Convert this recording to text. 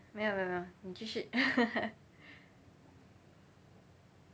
没有没有没有你继续